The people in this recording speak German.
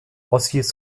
ossis